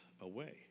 away